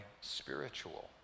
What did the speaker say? spiritual